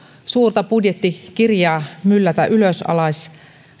suurta budjettikirjaa myllätä ylösalaisin